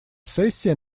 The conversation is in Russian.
сессия